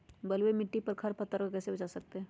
बलुई मिट्टी को खर पतवार से कैसे बच्चा सकते हैँ?